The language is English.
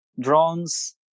drones